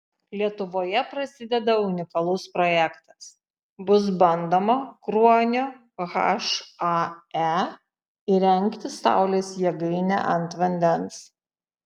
lietuvoje prasideda unikalus projektas bus bandoma kruonio hae įrengti saulės jėgainę ant vandens